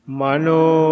mano